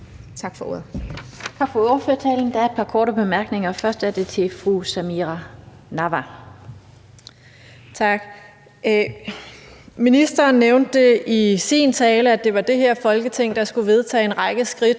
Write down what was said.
Tak for ordet.